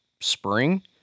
spring